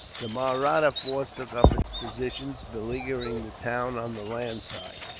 the mahratta force took up its position, beleaguering the town on the land side,